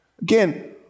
Again